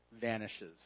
vanishes